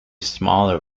smaller